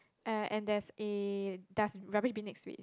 uh and there's a dust rubbish bin next to it